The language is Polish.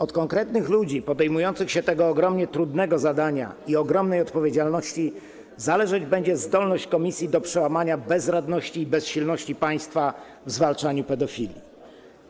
Od konkretnych ludzi podejmujących się tego ogromnie trudnego zadania i ogromnej odpowiedzialności zależeć będzie zdolność komisji do przełamania bezradności i bezsilności państwa w zwalczaniu pedofilii.